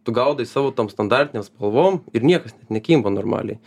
tu gaudai savo tom standartinėm spalvom ir niekas net nekimba normaliai